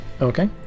okay